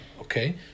Okay